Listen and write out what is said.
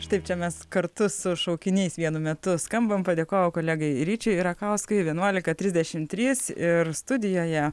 štaip čia mes kartu su šaukiniais vienu metu skambam padėkojau kolegai ryčiui rakauskui vienuolika trisdešim trys ir studijoje